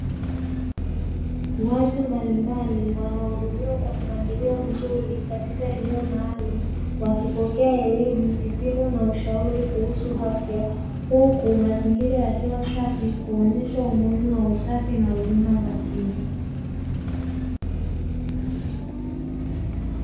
Watu mbalimbali wanahudumiwa kwa mpangilio mzuri katika eneo maalum wakipokea elimu, vipimo na ushauri kuhusu afya. Huku mazingira yakiwa safi kuonyesha umuhimu wa usafi na huduma za kinga.